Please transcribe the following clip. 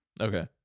Okay